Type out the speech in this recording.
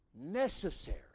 necessary